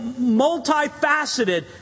multifaceted